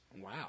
Wow